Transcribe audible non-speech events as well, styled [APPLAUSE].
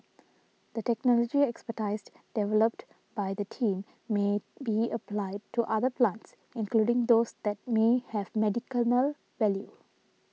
the technology expertised developed by the team may be applied to other plants including those that may have [UNINTELLIGIBLE] value